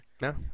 No